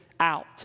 out